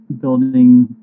building